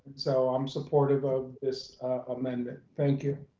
so i'm supportive of this amendment. thank you.